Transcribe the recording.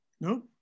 no